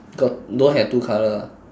got don't have two colour ah